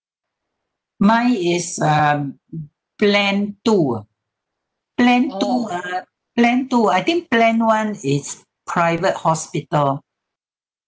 mine is um plan two ah plan two plan two I think plan one is private hospital